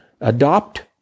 adopt